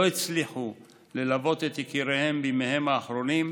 הצליחו ללוות את יקיריהם בימיהם האחרונים,